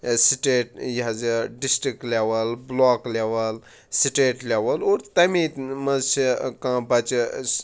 state یہِ حظ یہِ district level block level state level اور تَمے منٛز چھِ کانٛہہ بَچہِ